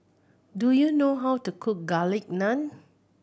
do you know how to cook Garlic Naan